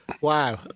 wow